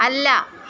അല്ല